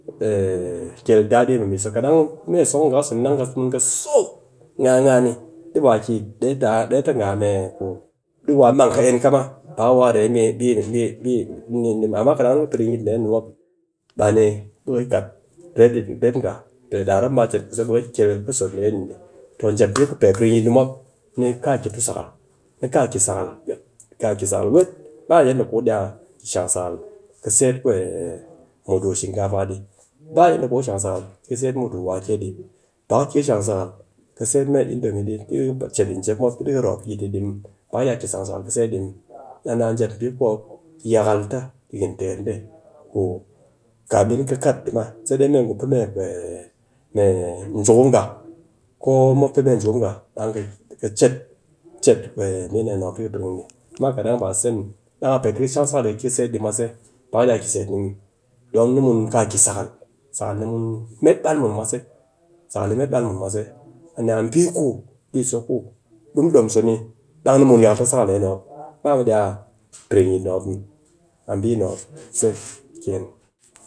kel dadi mɨ mbi so, kat dang me so ku nga pe so ni dang ka mun ka so ngaa ngaa, di wa ki dee ta nga a mee di wa mang kɨ ennka ma amma kat dang ka piring yit ni dee ni mop ba ni be ka kat ret nga, pe ɗaar mop baa chet di ts ɓe ka kat ka so dee ni. Toh jep mbi kunpen piring yit ni mop kaa ki ta sakal, ni kaa ki sakal, ka ki sakal weet ba yadda ku ka iya shang sakalka seet mudu shinkafa di, ba yadda ku ka shang sakal ka seet mudu wake dɨ, ba ka iya shang sakal ka seet mee indomi di ka chet yi jep mop ti roop yit ni di muw. Ba ka iya ka shang sakal ka seet di muw. Daa na jep mbi ku mop yakal ta ɗikin teer dee ku kamin ki kat di ma, sai mee ngu pe mee mbi dee ni mop, amma kat ɗang baa a sɨse muw, dand pe ti ka shang sakal di ka ki ka seet di mwase, ba ka iya ki seet ni muw, don ni mun kaa ki sakal, sakal ni met bal mun mwase, sakal ni met bal mun mwase, a ni a mbi ku mbiso ku di mu dom so ni, dang ni mun yakal ta sakal dee ni mop, ba mu iya piring yit ni di mop muw, a mbi ni mop se ken,